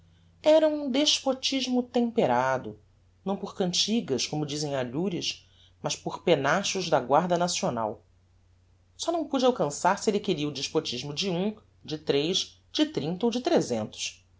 era um despotismo temperado não por cantigas como dizem alhures mas por pennachos da guarda nacional só não pude alcançar se elle queria o despotismo de um de tres de trinta ou de tresentos